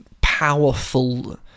powerful